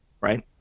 right